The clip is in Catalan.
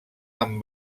amb